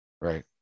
Right